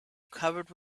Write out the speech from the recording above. covered